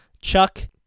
Chuck